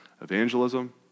evangelism